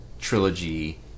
trilogy